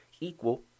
equal